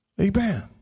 amen